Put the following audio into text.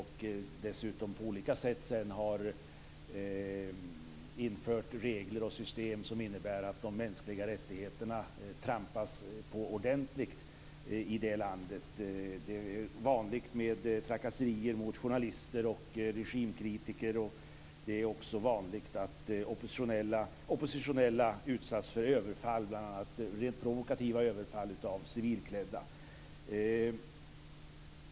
Han har sedan dessutom på olika sätt infört regler och system som innebär att det trampas ganska ordentligt på de mänskliga rättigheterna i landet. Det är vanligt med trakasserier mot journalister och regimkritiker. Det är också vanligt att oppositionella utsätts för rent provokativa överfall av civilklädda personer.